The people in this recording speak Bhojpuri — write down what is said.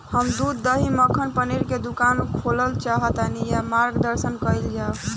हम दूध दही मक्खन पनीर के दुकान खोलल चाहतानी ता मार्गदर्शन कइल जाव?